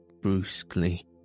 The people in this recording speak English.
brusquely